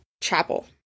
Chapel